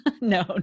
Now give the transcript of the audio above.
No